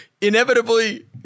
Inevitably